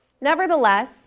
Nevertheless